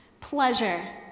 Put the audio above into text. Pleasure